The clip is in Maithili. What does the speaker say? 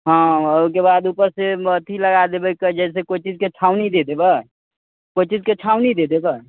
हँ ओहिके बाद ऊपरसँ अथी लगा देबै जैसे कोइ चीजके छावनी दऽ देबै कोइ चीजके छावनी दऽ देबै